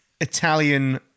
Italian